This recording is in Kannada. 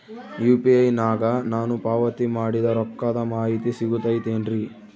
ಯು.ಪಿ.ಐ ನಾಗ ನಾನು ಪಾವತಿ ಮಾಡಿದ ರೊಕ್ಕದ ಮಾಹಿತಿ ಸಿಗುತೈತೇನ್ರಿ?